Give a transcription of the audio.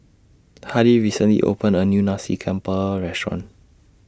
Hardie recently opened A New Nasi Campur Restaurant